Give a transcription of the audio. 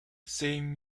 same